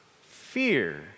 Fear